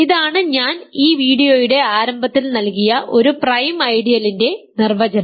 ഇതാണ് ഞാൻ ഈ വീഡിയോയുടെ ആരംഭത്തിൽ നൽകിയ ഒരു പ്രൈം ഐഡിയലിന്റെ നിർവചനം